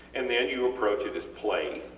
and then you approach it as play